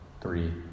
three